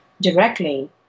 directly